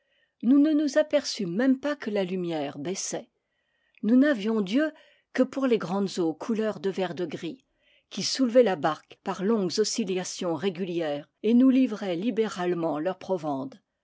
ne nous aperçûmes même pas que la lumière baissait nous n'avions d'yeux que pour les grandes eaux couleur de vert-de-gris qui soulevaient la barque par longues oscilla tions régulières et nous livraient libéralement leur